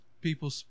people